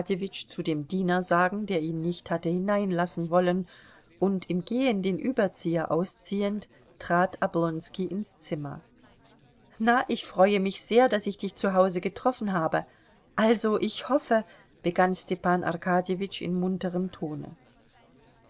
zu dem diener sagen der ihn nicht hatte hineinlassen wollen und im gehen den überzieher ausziehend trat oblonski ins zimmer na ich freue mich sehr daß ich dich zu hause getroffen habe also ich hoffe begann stepan arkadjewitsch in munterem tone